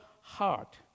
heart